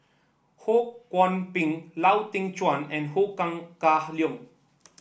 Ho Kwon Ping Lau Teng Chuan and Ho Kah Leong